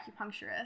acupuncturist